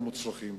המוצלחים.